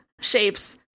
shapes